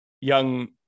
young